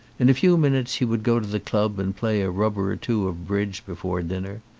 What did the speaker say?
in a few minutes he would go to the club and play a rubber or two of bridge before dinner.